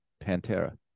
pantera